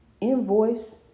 invoice